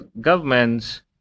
governments